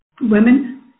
women